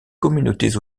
communautés